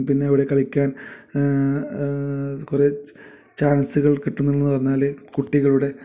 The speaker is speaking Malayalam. പിന്നെ അവിടെ കളിക്കാൻ കുറെ ചാൻസുകൾ കിട്ടുന്നേൽ പറഞ്ഞാൽ കുട്ടികളുടെ